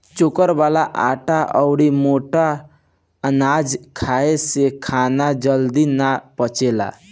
चोकर वाला आटा अउरी मोट अनाज खाए से खाना जल्दी ना पचेला